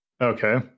okay